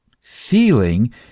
feeling